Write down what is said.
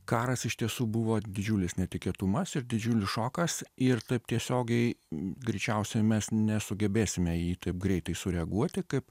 karas iš tiesų buvo didžiulis netikėtumas ir didžiulis šokas ir taip tiesiogiai greičiausiai mes nesugebėsime į jį taip greitai sureaguoti kaip